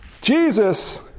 Jesus